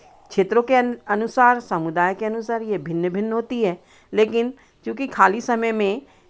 क्षेत्रों के अनुसार समुदाय के अनुसार ये भिन्न भिन्न होती है लेकिन क्योंकि खाली समय में